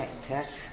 sector